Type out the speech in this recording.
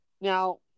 Now